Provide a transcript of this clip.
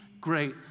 great